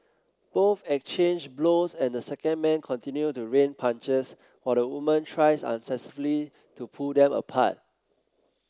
both exchange blows and the second man continue to rain punches while the woman tries unsuccessfully to pull them apart